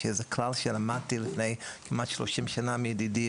יש איזה כלל שלמדתי לפני כמעט 30 שנה מידידי,